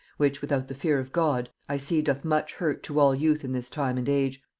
which, without the fear of god, i see doth much hurt to all youth in this time and age.